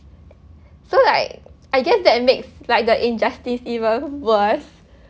so like I guess that makes like the injustice even worse